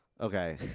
okay